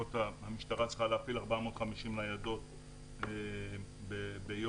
שהמשטרה צריכה להפעיל 450 ניידות ביום.